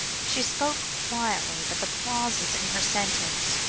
she spoke quietly, but the pauses in her sentence,